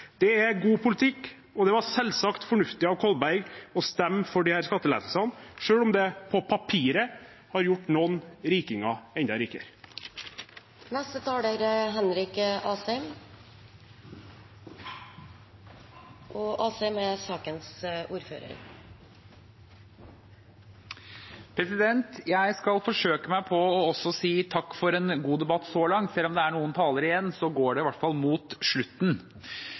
Det er god politikk, og det var selvsagt fornuftig av Kolberg å stemme for disse skattelettelsene, selv om det på papiret har gjort noen rikinger enda rikere. Jeg skal forsøke meg på å si takk for en god debatt så langt, for selv om det er noen talere igjen, går det i hvert fall mot slutten.